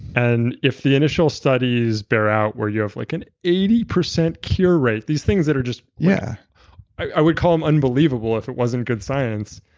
and if the initial study is bare out where you have like an eighty percent cure rate, these things are just yeah i would call them unbelievable if it wasn't good science,